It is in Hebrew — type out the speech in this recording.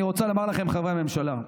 אני רוצה לומר לכם, חברי הממשלה,